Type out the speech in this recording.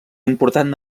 important